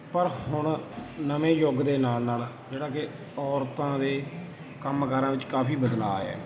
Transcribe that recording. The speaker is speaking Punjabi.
ਪਰ ਹੁਣ ਨਵੇਂ ਯੁੱਗ ਦੇ ਨਾਲ ਨਾਲ ਜਿਹੜਾ ਕਿ ਔਰਤਾਂ ਦੇ ਕੰਮ ਕਾਰਾਂ ਵਿੱਚ ਕਾਫ਼ੀ ਬਦਲਾਅ ਆਇਆ